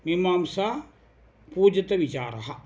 मीमांसा पूजितविचारः